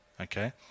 okay